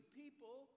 people